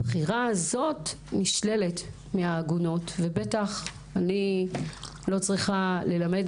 הבחירה הזו נשללת מהעגונות ובטח אני לא צריכה ללמד